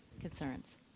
concerns